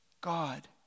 God